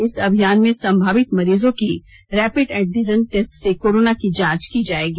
इस अभियान में संभावित मरीजों की रैपिड एंटीजन टेस्ट से कोरोना की जांच की जाएगी